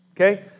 Okay